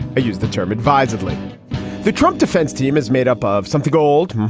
i use the term advisedly the trump defense team is made up of something gold,